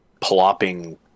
plopping